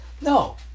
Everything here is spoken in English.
No